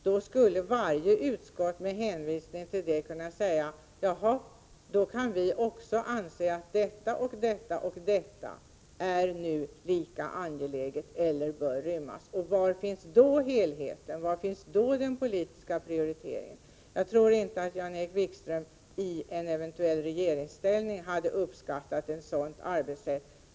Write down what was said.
Då skulle varje utskott med hänvisning därtill kunna säga: Jaha, då kan vi också anse att det och det är lika angeläget som någonting annat eller att det bör kunna tas med. Var finns då helheten? Var finns då den politiska prioriteringen? Jag tror inte att Jan-Erik Wikström i eventuell regeringsställning hade uppskattat ett sådant arbetssätt.